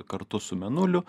kartu su mėnuliu